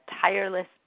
tireless